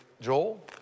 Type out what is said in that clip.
Joel